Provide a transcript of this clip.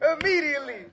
immediately